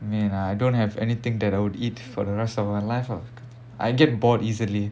I mean I don't have anything that I would eat for the rest of my life ah I get bored easily